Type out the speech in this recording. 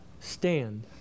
stand